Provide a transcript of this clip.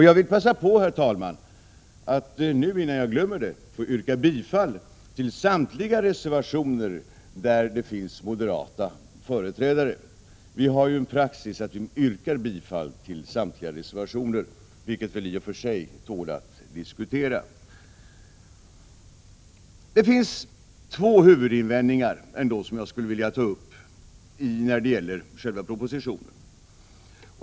Jag vill passa på, herr talman, att nu, innan jag glömmer det, yrka bifall till samtliga reservationer med moderata företrädare. Vi har en praxis att yrka bifall till samtliga reservationer, vilket i och för sig tål att diskuteras. Det finns två huvudinvändningar som jag skulle vilja ta upp när det gäller själva propositionen.